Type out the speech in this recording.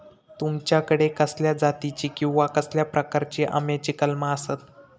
तुमच्याकडे कसल्या जातीची किवा कसल्या प्रकाराची आम्याची कलमा आसत?